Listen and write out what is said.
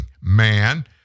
man